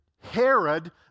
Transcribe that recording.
Herod